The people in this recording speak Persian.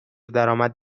درآمد